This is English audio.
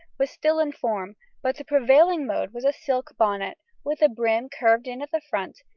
was still in form but the prevailing mode was a silk bonnet, with the brim curved in at the front,